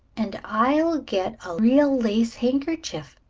and i'll get a real lace handkerchief,